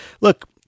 look